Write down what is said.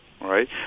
right